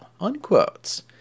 Unquotes